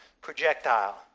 projectile